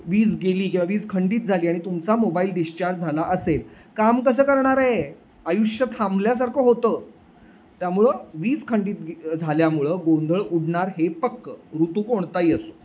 वीज गेली किंवा वीज खंडित झाली आणि तुमचा मोबाईल डिस्चार्ज झाला असेल काम कसं करणार आहे आयुष्य थांबल्यासारखं होतं त्यामुळं वीज खंडित झाल्यामुळं गोंधळ उडणार हे पक्कं ऋतू कोणताही असो